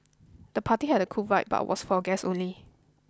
the party had a cool vibe but was for guests only